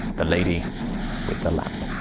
the lady with the lamp.